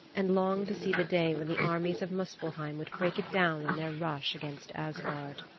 and longed to see the day when the armies of muspelheim would break it down in their rush against asgard.